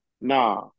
nah